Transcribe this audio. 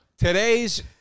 Today's